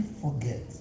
forget